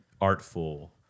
artful